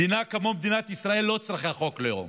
מדינה כמו מדינת ישראל לא צריכה חוק לאום.